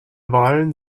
wahlen